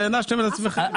והענשתם את עצמכם.